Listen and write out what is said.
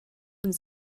und